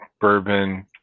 bourbon